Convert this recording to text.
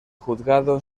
juzgado